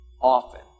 often